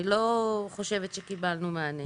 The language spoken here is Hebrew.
אני לא חושבת שקיבלנו מענה.